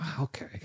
Okay